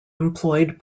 employed